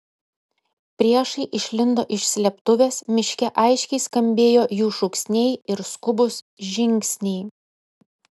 priešai išlindo iš slėptuvės miške aiškiai skambėjo jų šūksniai ir skubūs žingsniai